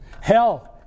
Hell